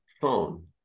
phone